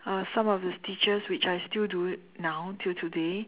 uh some of the teachers which I still do it now till today